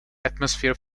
atmosphere